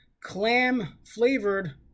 clam-flavored